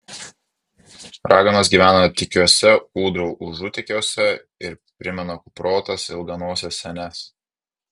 raganos gyvena tykiuose kūdrų užutėkiuose ir primena kuprotas ilganoses senes